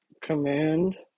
command